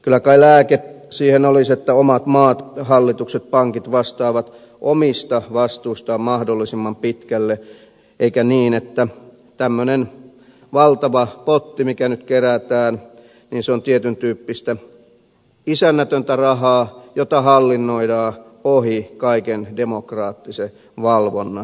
kyllä kai lääke siihen olisi että omat maat hallitukset pankit vastaavat omista vastuistaan mahdollisimman pitkälle eikä niin että tämmöinen valtava potti mikä nyt kerätään on tietyntyyppistä isännätöntä rahaa jota hallinnoidaan ohi kaiken demokraattisen valvonnan